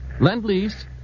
Lend-Lease